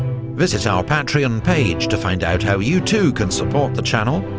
visit our patreon page to find out how you too can support the channel,